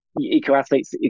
eco-athletes